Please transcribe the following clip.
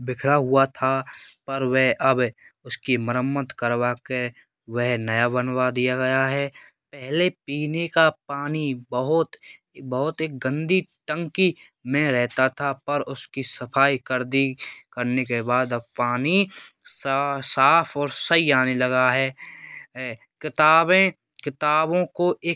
बिखरा हुआ था पर वह अब उसकी मरम्मत करवा के वह नया बनवा दिया गया है पहले पीने का पानी बहुत बहुत एक गंदी टंकी में रहता था पर उसकी सफाई कर दी करने के बाद अब पानी साफ और सही आने लगा है किताबें किताबों को एक